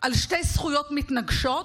על שתי זכויות מתנגשות,